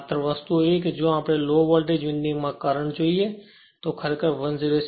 માત્ર વસ્તુ એ છે કે જો આપણે વોલ્ટેજ વિન્ડિંગ માં કરંટ જોઈએ તો તે ખરેખર 106